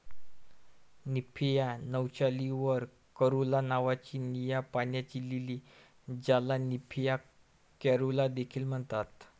Nymphaea nouchali वर caerulea नावाची निळ्या पाण्याची लिली, ज्याला निम्फिया कॅरुला देखील म्हणतात